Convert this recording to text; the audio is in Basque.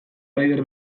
raider